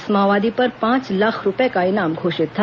इस माओवादी पर पांच लाख रूपए का इनाम घोषित था